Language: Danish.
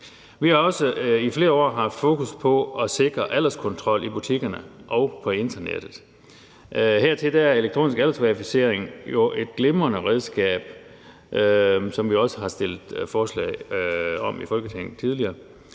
Vi har også i flere år haft fokus på at sikre alderskontrol i butikkerne og på internettet. Her er elektronisk aldersverificering jo et glimrende redskab, som vi også har fremsat forslag om i Folketinget tidligere.